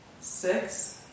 six